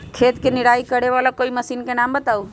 खेत मे निराई करे वाला कोई मशीन के नाम बताऊ?